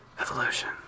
Evolution